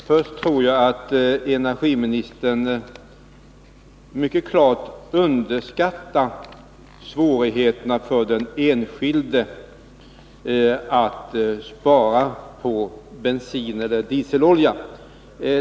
Fru talman! Jag tror att energiministern mycket klart underskattar svårigheterna för den enskilde att spara på bensin eller dieselolja.